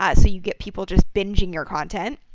ah so you get people just bingeing your content.